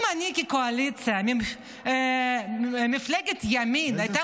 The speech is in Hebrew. אם אני כקואליציה, מפלגת ימין, איזה שר יש פה?